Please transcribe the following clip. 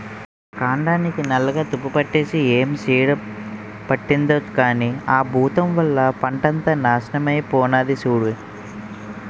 కాండానికి నల్లగా తుప్పుపట్టేసి ఏం చీడ పట్టిందో కానీ ఆ బూతం వల్ల పంటంతా నాశనమై పోనాది సూడూ